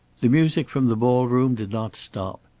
the music from the ball-room did not stop.